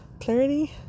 clarity